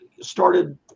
started